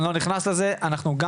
אני לא נכנס לזה אבל אנחנו גם,